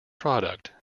product